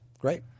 great